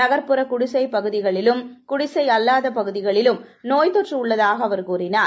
நகர்புற குடிசைப்பகுதிகளிலும் குடிசை இல்லாத பகுதிகளிலும் நோய்த் தொற்று உள்ளதாக அவர் கூறினார்